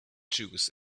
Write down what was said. juice